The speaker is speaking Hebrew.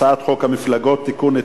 הצעת חוק המפלגות (תיקון,